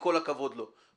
עם כל הכבוד לו.